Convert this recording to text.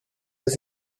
las